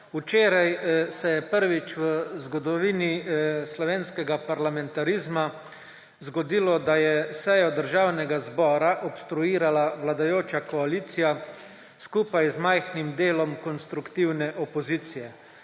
Včeraj se je prvič v zgodovini slovenskega parlamentarizma zgodilo, da je sejo Državnega zbora obstruirala vladajoča koalicija, skupaj z majhnim delom konstruktivne opozicije.